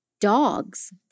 Dogs